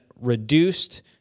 reduced